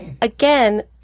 again